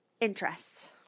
interests